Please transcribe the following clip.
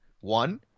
One